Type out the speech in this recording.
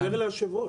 אני מדבר ליושב ראש.